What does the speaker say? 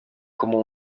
como